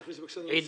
בבקשה.